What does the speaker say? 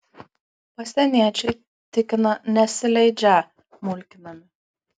pasieniečiai tikina nesileidžią mulkinami